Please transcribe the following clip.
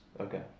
Okay